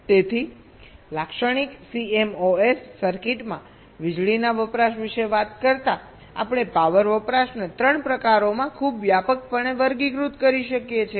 તેથી લાક્ષણિક CMOS સર્કિટમાં વીજળીના વપરાશ વિશે વાત કરતા આપણે પાવર વપરાશને 3 પ્રકારોમાં ખૂબ વ્યાપકપણે વર્ગીકૃત કરી શકીએ છીએ